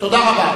תודה רבה.